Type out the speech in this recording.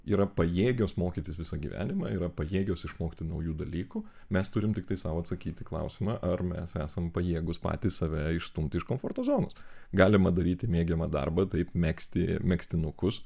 yra pajėgios mokytis visą gyvenimą yra pajėgios išmokti naujų dalykų mes turim tiktai sau atsakyti į klausimą ar mes esam pajėgūs patys save išstumti iš komforto zonos galima daryti mėgiamą darbą taip megzti megztinukus